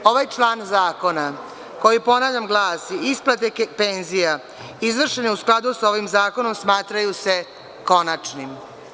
Ovaj član zakona koji ponavlja glasi – isplate penzija izvršene u skladu sa ovim zakonom smatraju se konačnim.